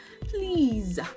please